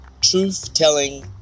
truth-telling